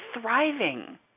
thriving